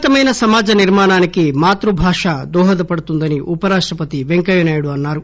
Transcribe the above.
ఉన్నతమైన సమాజ నిర్మాణానికి మాతృభాష దోహదపడుతుందని ఉపరాష్టపతి పెంకయ్యనాయుడు అన్నారు